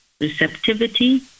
receptivity